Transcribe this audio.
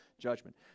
judgment